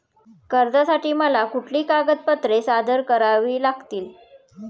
कर्जासाठी मला कुठली कागदपत्रे सादर करावी लागतील?